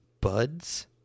buds